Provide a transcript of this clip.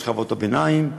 בשכבות הביניים,